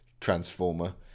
Transformer